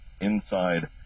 inside